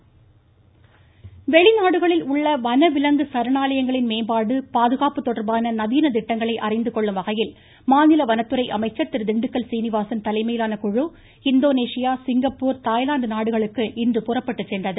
திண்டுக்கல் சீனிவாசன் வெளிநாடுகளில் உள்ள வனவிலங்கு சரணாலயங்களின் மேம்பாடு பாதுகாப்பு தொடர்பான நவீன திட்டங்களை அறிந்துகொள்ளும் வகையில் மாநில வனத்துறை அமைச்சர் திரு திண்டுக்கல் சீனிவாசன் தலைமையிலான குழு இந்தோனேஷியா சிங்கப்பூர் தாய்லாந்து நாடுகளுக்கு இன்று புறப்பட்டுச் சென்றது